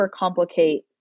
overcomplicate